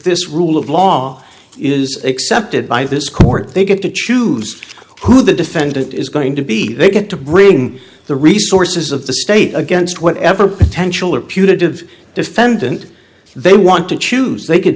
this rule of law is accepted by this court they get to choose who the defendant is going to be they get to bring the resources of the state against whatever potential or putative defendant they want to choose they c